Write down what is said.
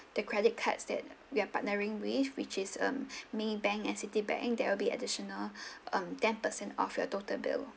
the credit cards that we are partnering with which is um maybank and citibank there will be additional um ten percent off your total bill